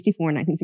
1964